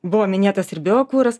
buvo minėtas ir biokuras